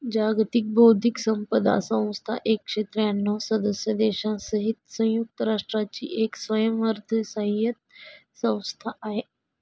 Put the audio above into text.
जागतिक बौद्धिक संपदा संस्था एकशे त्र्यांणव सदस्य देशांसहित संयुक्त राष्ट्रांची एक स्वयंअर्थसहाय्यित संस्था आहे